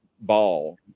ball